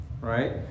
right